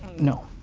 no.